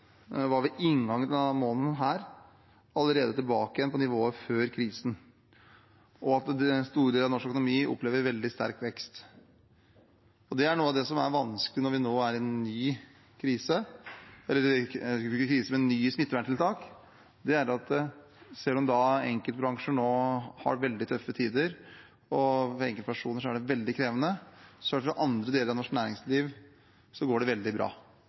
ved inngangen til denne måneden var vi tilbake på nivået fra før krisen, og store deler av norsk økonomi opplever en veldig sterk vekst. Da er noe av det som er vanskelig når vi nå er i en situasjon med nye smitteverntiltak, at selv om enkeltbransjer nå har veldig tøffe tider og det for enkeltpersoner er veldig krevende, går det veldig bra for andre deler av norsk næringsliv. Så det er et veldig